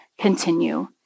continue